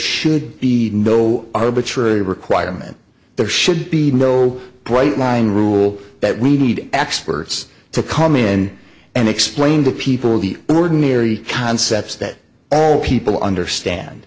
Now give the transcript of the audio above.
should be no arbitrary requirement there should be no bright line rule that we need experts to come in and explain to people the ordinary concepts that all people understand